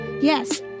Yes